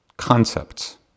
concepts